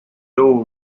dough